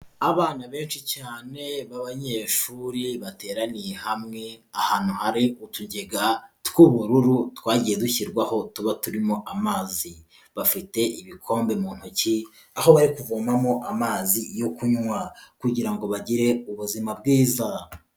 Abana benshi cyane b'abanyeshuri bateraniye hamwe ahantu hari utugega tw'ubururu, twagiye dushyirwaho tuba turimo amazi, bafite ibikombe mu ntoki aho bari kuvomamo amazi yo kunywa kugira ngo bagire ubuzima bwiza.